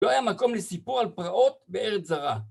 לא היה מקום לסיפור על פרעות בארץ זרה.